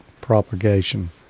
propagation